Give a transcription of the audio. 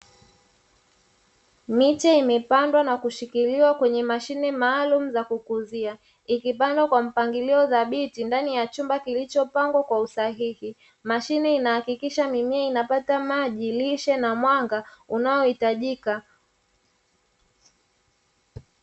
Miti imepandwa na kushikiliwa kwenye mashine maalumu za kukuzia ikibanwa kwa mpangilio dhabiti ndani ya chumba kilichopangwa kwa usahihi mashine inahakikisha mimea inapata maji lishe na mwanga unaohitajika.